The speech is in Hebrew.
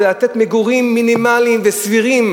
לתת מגורים מינימליים וסבירים